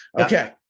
Okay